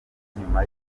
nyuma